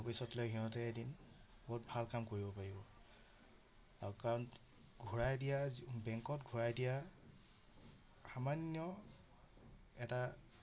আৰু ভৱিষ্যতলৈ সিহঁতে এদিন বহুত ভাল কাম কৰিব পাৰিব আৰু কাৰণ ঘূৰাই দিয়া বেংকত ঘূৰাই দিয়া সামান্য এটা